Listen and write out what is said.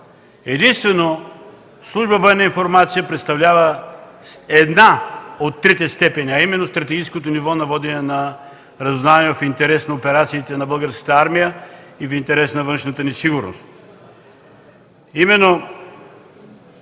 Единствено служба „Военна информация” представлява една от трите степени, а именно стратегическото ниво на водене на разузнаване в интерес на операциите на Българската армия и в интерес на външната ни сигурност.